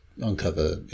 uncover